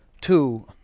two